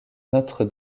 notre